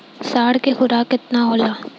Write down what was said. साँढ़ के खुराक केतना होला?